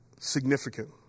significant